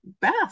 best